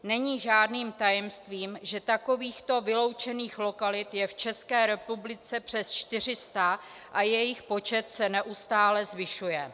Není žádným tajemstvím, že takovýchto vyloučených lokalit je v České republice přes 400 a jejich počet se neustále zvyšuje.